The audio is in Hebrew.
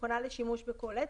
מוכנה לשימוש בכל עת,